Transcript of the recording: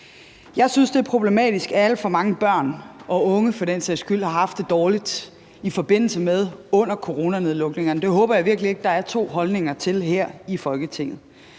Jeg synes, det er problematisk, at alt for mange børn og unge for den sags skyld har haft det dårligt i forbindelse med og under coronanedlukningerne. Det håber jeg virkelig ikke der er to holdninger til her i Folketinget.